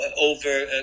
Over